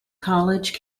college